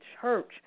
Church